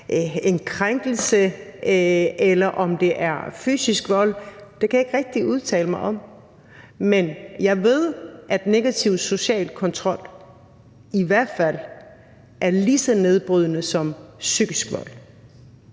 en krænkelse, eller om det er fysisk vold. Det kan jeg ikke rigtig udtale mig om. Men jeg ved, at negativ social kontrol i hvert fald er lige så nedbrydende som psykisk vold.